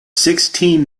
sixteen